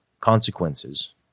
consequences